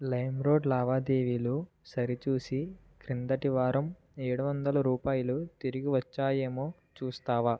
lime road లావాదేవీలు సరిచూసి క్రిందటి వారం ఏడువందల రూపాయలు తిరిగి వచ్చాయేమో చూస్తావా